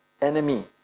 enemy